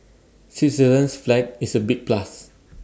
Switzerland's flag is A big plus